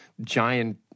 giant